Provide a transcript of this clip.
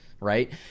Right